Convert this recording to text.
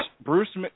Bruce